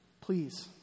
please